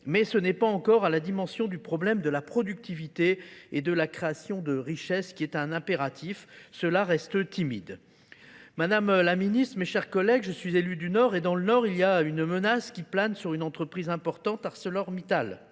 Mais ce n'est pas encore à la dimension du problème de la productivité et de la création de richesses qui est un impératif. Cela reste timide. Madame la Ministre, mes chers collègues, je suis élu du Nord et dans le Nord il y a une menace qui plane sur une entreprise importante, Arcelor-Mittal.